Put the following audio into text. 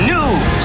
News